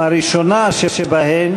הראשונה שבהן